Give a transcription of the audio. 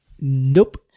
Nope